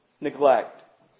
Neglect